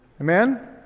Amen